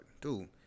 dude